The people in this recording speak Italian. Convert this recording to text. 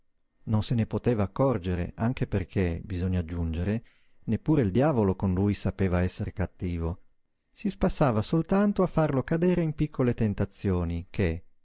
non se ne poteva accorgere anche perché bisogna aggiungere neppure il diavolo con lui sapeva esser cattivo si spassava soltanto a farlo cadere in piccole tentazioni che